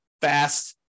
fast